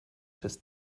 des